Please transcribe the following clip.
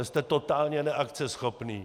Jste totálně neakceschopní.